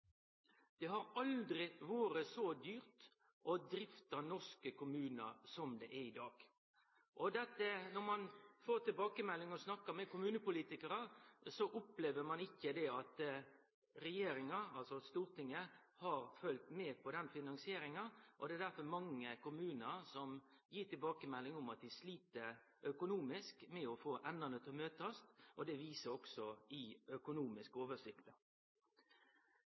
Det har aldri vore så dyrt å drifte norske kommunar som det er i dag. Når ein snakkar med kommunepolitikarar, opplever ein ikkje at regjeringa – altså Stortinget – har følgt med på finansieringa, og det er derfor mange kommunar som gir tilbakemelding om at dei slit økonomisk med å få endane til å møtast. Det viser også dei økonomiske oversiktene. Derfor forventar Framstegspartiet at det blir eit betydeleg økonomisk